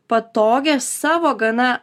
patogią savo gana